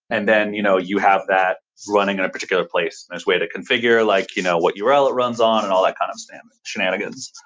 and then, you know you have that running in a particular place. that's a way to configure like you know what your outlet runs on and all that kind of shenanigans.